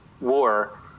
War